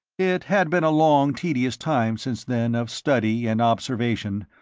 it had been a long tedious time since then of study and observation,